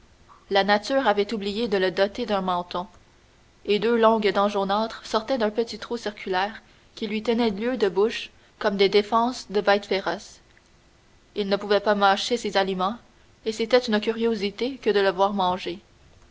la nature avait oublié de le doter d'un menton et deux longues dents jaunâtres sortaient d'un petit trou circulaire qui lui tenait lieu de bouche comme des défenses de bête féroce il ne pouvait pas mâcher ses aliments et c'était une curiosité que de le voir manger